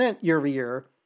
year-over-year